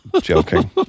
Joking